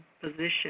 position